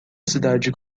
cidade